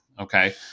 Okay